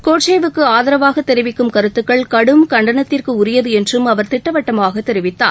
கோட்சேவுக்கு ஆதரவாகதெரிவிக்கும் கருத்குக்கள் கடும் கண்டனத்திற்குரியதுஎன்றும் அவர் திட்டவட்டமாகத் தெரிவித்தார்